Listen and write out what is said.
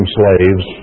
slaves